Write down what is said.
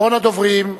אחרון הדוברים,